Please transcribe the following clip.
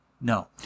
No